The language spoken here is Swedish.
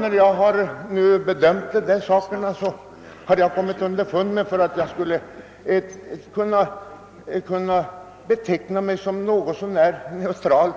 När jag har gjort mitt ställningstagande i denna fråga har jag funnit att jag skulle kunna beteckna mig som ganska neutral.